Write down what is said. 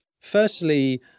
Firstly